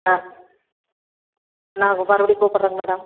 ஆ நாங்கள் மறுபடி கூப்பிட்றோங்க மேடம்